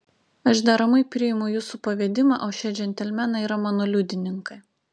aš deramai priimu jūsų pavedimą o šie džentelmenai yra mano liudininkai